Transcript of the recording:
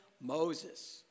Moses